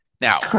now